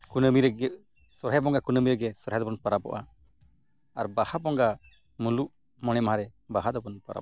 ᱠᱩᱱᱟᱹᱢᱤ ᱨᱮᱜᱮ ᱥᱚᱦᱚᱨᱟᱭ ᱵᱚᱸᱜᱟ ᱠᱩᱱᱟᱹᱢᱤ ᱨᱮᱜᱮ ᱥᱚᱦᱚᱨᱟᱭ ᱫᱚᱵᱚᱱ ᱯᱚᱨᱚᱵᱚᱜᱼᱟ ᱟᱨ ᱵᱟᱦᱟ ᱵᱚᱸᱜᱟ ᱢᱩᱞᱩᱜ ᱢᱚᱬᱮ ᱢᱟᱦᱟᱨᱮ ᱵᱟᱦᱟ ᱫᱚᱵᱚᱱ ᱯᱚᱨᱚᱵᱚᱜᱼᱟ